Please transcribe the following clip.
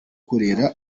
kurera